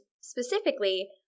specifically